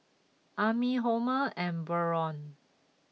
Ami Homer and Byron